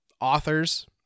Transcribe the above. authors